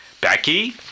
Becky